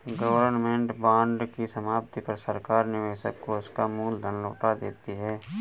government bond की समाप्ति पर सरकार निवेशक को उसका मूल धन लौटा देती है